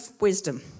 wisdom